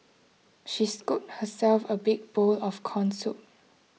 she scooped herself a big bowl of Corn Soup